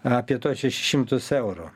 apie tuos šešis šimtus eurų